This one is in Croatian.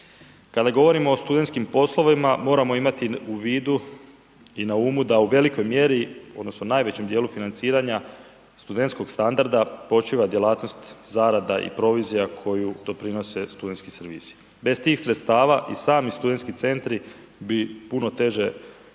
Kada govorimo o studentskim poslovima moramo imati u vidu i na umu da u velikoj mjeri odnosno najvećem dijelu financiranja studentskog standarda počiva djelatnost zarada i provizija koju doprinose studentski servisi. Bez tih sredstava i sami studentski centri bi puno teže